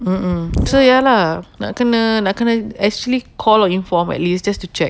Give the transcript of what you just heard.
mm mm so ya lah nak kena kena actually call or inform at least just to check